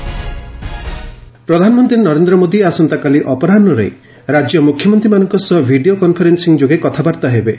PM CM ପ୍ରଧାନମନ୍ତ୍ରୀ ନରେନ୍ଦ୍ର ମୋଦୀ ଆସନ୍ତାକାଲି ଅପରାହୁରେ ରାଜ୍ୟ ମୁଖ୍ୟମନ୍ତ୍ରୀମାନଙ୍କ ସହ ଭିଡ଼ିଓ କନଫରେନ୍ଦିଂ ଯୋଗେ କଥାବାର୍ତ୍ତା ହେବେ